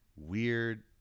weird